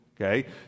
Okay